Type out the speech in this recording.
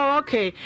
okay